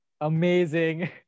amazing